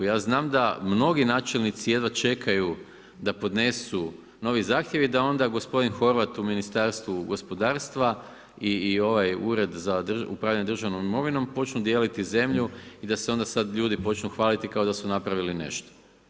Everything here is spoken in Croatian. Ja znam da mnogi načelnici jedva čekaju da podnesu novi zahtjev i da onda gospodin Horvat u Ministarstvu gospodarstva i Ured za upravljanje državnom imovinom počnu dijeliti zemlju i da se onda sada ljudi počnu hvaliti kao da su napravili nešto.